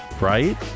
right